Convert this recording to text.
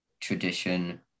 tradition